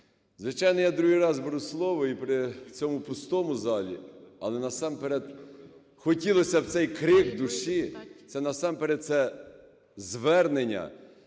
Звичайно, я другий раз беру слово і при цьому пустому залі, але насамперед хотілося б цей крик душі, це насамперед, це звернення